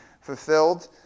fulfilled